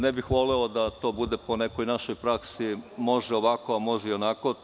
Ne bih voleo da to bude po nekoj našoj praksi - može ovako, a može i onako.